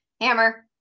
hammer